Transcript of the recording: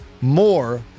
more